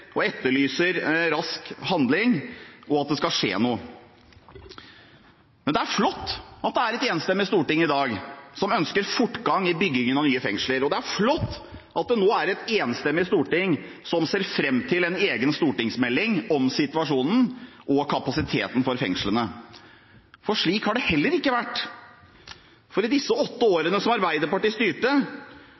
og etterlyser rask handling, og at det skal skje noe. Men det er flott at det er et enstemmig storting i dag som ønsker fortgang i byggingen av nye fengsler, og det er flott at det nå er et enstemmig storting som ser fram til en egen stortingsmelding om situasjonen og kapasiteten i fengslene. Slik har det ikke vært, for i løpet av disse åtte årene som Arbeiderpartiet styrte,